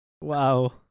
Wow